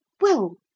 Well